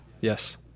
Yes